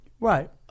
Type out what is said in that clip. Right